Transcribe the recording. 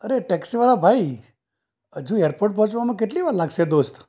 અરે ટૅક્સીવાળા ભાઈ હજુ ઍરપોર્ટ પહોંચવામાં કેટલી વાર લાગશે દોસ્ત